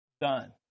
Done